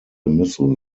missile